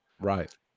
Right